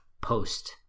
post